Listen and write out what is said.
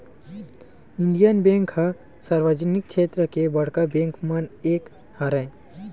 Indian bank ह सार्वजनिक छेत्र के बड़का बेंक मन म एक हरय